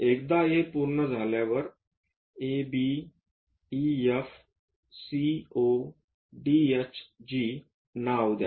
एकदा हे पूर्ण झाल्यावर A B E F C O D H G नाव द्या